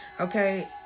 okay